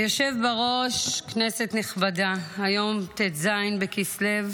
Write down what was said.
היושב בראש, כנסת נכבדה, היום ט"ז בכסלו,